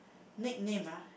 nickname ah